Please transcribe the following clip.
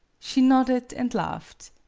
she nodded and laughed.